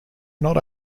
not